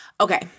Okay